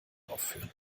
aufführen